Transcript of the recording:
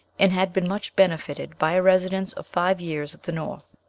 and had been much benefited by a residence of five years at the north.